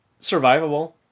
Survivable